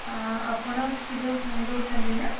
ଆପଣ କ୍ଷୀର ଦଉଛନ୍ତି ନା